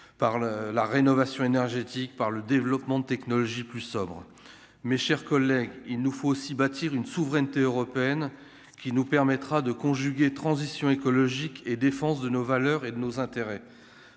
par le la rénovation énergétique par le développement de technologies, plus sobre, mes chers collègues, il nous faut aussi bâtir une souveraineté européenne qui nous permettra de conjuguer transition écologique et défense de nos valeurs et nos intérêts